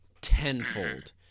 tenfold